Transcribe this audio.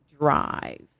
drive